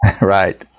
Right